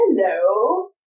Hello